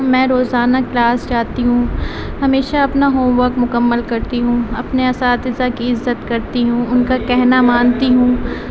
میں روزانہ کلاس جاتی ہوں ہمیشہ اپنا ہوم ورک مکمل کرتی ہوں اپنے اساتذہ کی عزت کرتی ہوں ان کا کہنا مانتی ہوں